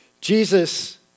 Jesus